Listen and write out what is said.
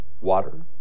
water